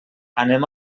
anem